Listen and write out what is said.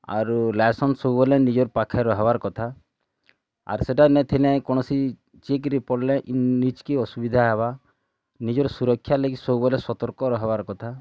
ଆାରୁ license ବୋଲେ ନିଜର୍ ପାଖରେ ରହେବାର୍ କଥା ଆାର୍ ସେଟା ନାଇଁ ଥିନେ କୌଣସି ଚେକ୍ରେ ପଡ଼ିଲେ ନିଜ୍କେ ଅସୁବିଧା ହେବା ନିଜର୍ ସୁରକ୍ଷାର୍ ଲାଗି ସବୁବେଳେ ସତ୍ତର୍କ ରହେବାର୍ କଥା